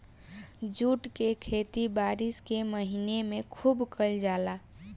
jute के खेती बारिश के महीना में खुब कईल जाला